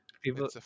People